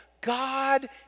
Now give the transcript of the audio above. God